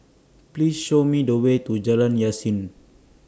Please Show Me The Way to Jalan Yasin